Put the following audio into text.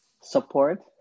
support